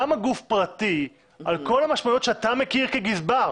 למה גוף פרטי, על כל המשמעויות שאתה מכיר כגזבר,